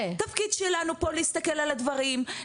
תפקיד שלנו פה להסתכל על הדברים,